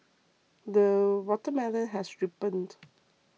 the watermelon has ripened